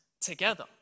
together